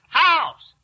house